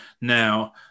Now